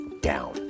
down